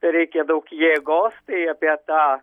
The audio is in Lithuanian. reikia daug jėgos tai apie tą